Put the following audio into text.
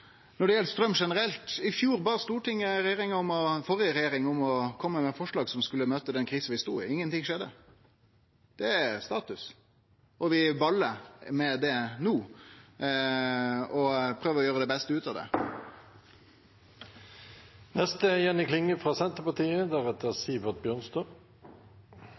Når det gjeld straum generelt, bad Stortinget i fjor den førre regjeringa om å kome med forslag som skulle møte den krisa vi stod i. Ingenting skjedde. Det er status, og vi balar med det no og prøver å gjere det beste ut av